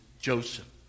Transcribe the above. Joseph